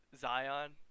Zion